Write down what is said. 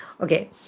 okay